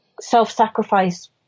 self-sacrifice